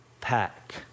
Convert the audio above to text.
pack